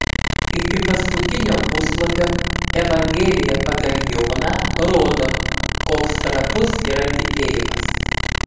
iki paskutinio puslapio evangelija pagal joną rodo koks trapus yra tikėjimas